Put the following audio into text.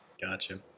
Gotcha